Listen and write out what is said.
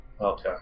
Okay